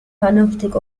vernünftig